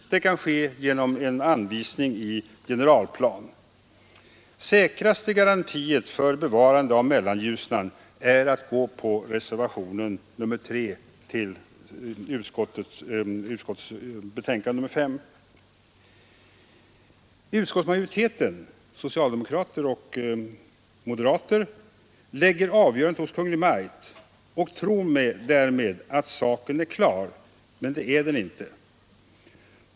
Det kan också ske genom en anvisning i generalplan. Den säkraste garantin för ett bevarande av Mellanljusnan ger reservation 3 till civilutskottets betänkande nr 5. Utskottsmajoriteten, socialdemokrater och moderater, lägger avgörandet hos Kungl. Maj:t och tror därmed att saken är klar, men det är den inte.